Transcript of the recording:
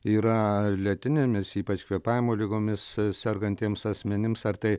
yra lėtinėmis ypač kvėpavimo ligomis sergantiems asmenims ar tai